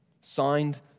Signed